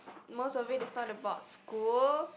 most of it is not about school